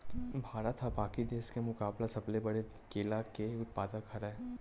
भारत हा बाकि देस के मुकाबला सबले बड़े केला के उत्पादक हरे